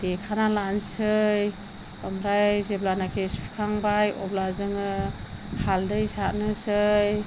देखाना लानोसै ओमफ्राय जेब्लानाखि सुखांबाय अब्ला जोङो हालदै सारनोसै